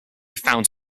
found